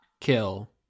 kill